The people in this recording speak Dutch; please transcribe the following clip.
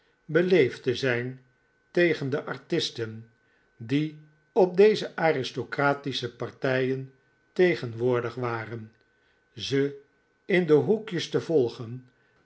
te zijn tegen de artisten die op deze aristocratische partijen tegenwoordig waren ze in de hoekjes te volgen